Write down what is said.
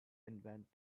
invent